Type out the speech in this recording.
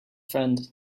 friend